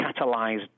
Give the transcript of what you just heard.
catalyzed